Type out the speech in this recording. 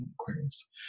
Aquarius